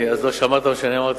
אז לא שמעת מה שאני אמרתי.